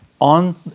on